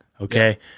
okay